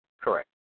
Correct